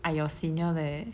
I your senior leh